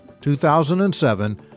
2007